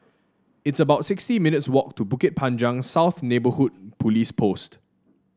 it's about sixty minutes' walk to Bukit Panjang South Neighbourhood Police Post